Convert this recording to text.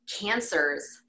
cancers